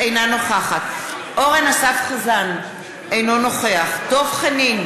אינה נוכחת אורן אסף חזן, אינו נוכח דב חנין,